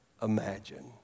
Imagine